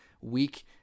week